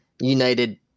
United